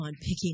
picking